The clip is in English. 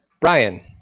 Brian